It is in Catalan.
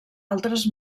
altres